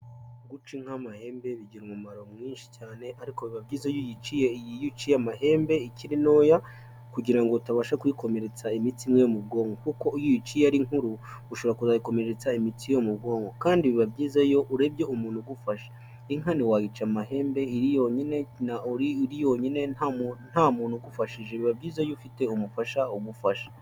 Guca inka amahembe bigira umumaro mwinshi cyane ariko biba byiza iyo uciye amahembe ikiri ntoya kugira ngo utabasha kuyikomeretsa imitsi imwe yo mu bwonko kuko iyo uciye ari nkuru ushobora kuzayikomeretsa imitsi yo mu bwonko. Kandi biba byiza iyo urebye umuntu ugufasha. inka ntiwayica amahembe uri wenyine nta muntu ugufashije, biba byiza iyo ufite umufasha ugufasha.